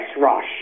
rush